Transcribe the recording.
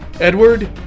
Edward